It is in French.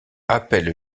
appelle